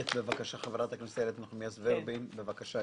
חברת הכנסת איילת נחמיאס ורבין, בקשה.